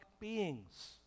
beings